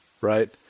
right